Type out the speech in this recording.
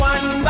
One